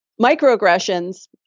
microaggressions